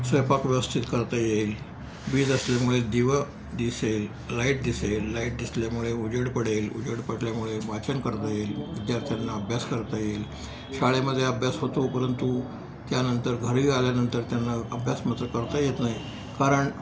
स्वयंपाक व्यवस्थित करता येईल वीज असल्यामुळे दिव दिसेल लाईट दिसेल लाईट दिसल्यामुळे उजेड पडेल उजेड पडल्यामुळे वाचन करता येईल विद्यार्थ्यांना अभ्यास करता येईल शाळेमध्ये अभ्यास होतो परंतु त्यानंतर घरी आल्यानंतर त्यांना अभ्यास मात्र करता येत नाही कारण